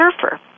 surfer